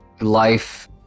life